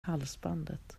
halsbandet